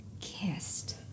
kissed